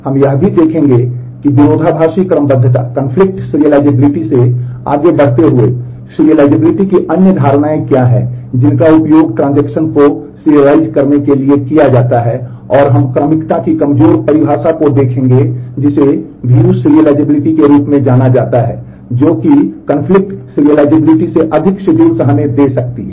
हम यह भी देखेंगे कि विरोधाभासी क्रमबद्धता से अधिक schedules हमें दे सकती है